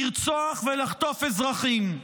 לרצוח ולחטוף אזרחים?